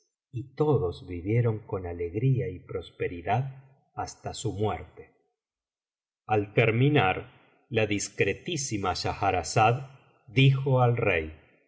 y todos vivieron con alegría y prosperidad hasta su muerte al terminar la discretísima schahrazada dijo al rey no